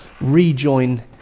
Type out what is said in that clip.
rejoin